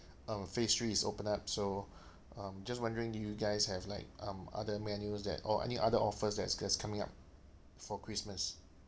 um phase three is open up so um just wondering do you guys have like um other menus that or any other offers that's that's coming up for christmas